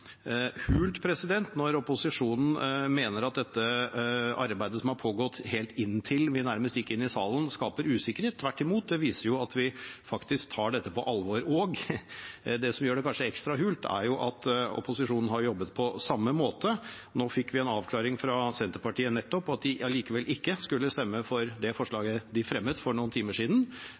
hult når opposisjonen mener at dette arbeidet, som har pågått helt inn til vi nærmest gikk inn i salen, skaper usikkerhet. Tvert imot – det viser jo at vi faktisk tar dette på alvor. Det som gjør det kanskje ekstra hult, er at opposisjonen har jobbet på samme måte. Nå fikk vi en avklaring fra Senterpartiet nettopp om at de allikevel ikke skal stemme for det forslaget de fremmet for noen timer siden,